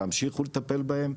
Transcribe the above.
להמשיך ולטפל בהם,